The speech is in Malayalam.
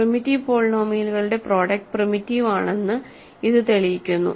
പ്രിമിറ്റീവ് പോളിനോമിയലുകളുടെ പ്രോഡക്ട് പ്രിമിറ്റീവ് ആണെന്ന് ഇത് തെളിയിക്കുന്നു